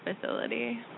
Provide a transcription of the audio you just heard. facility